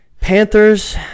panthers